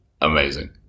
Amazing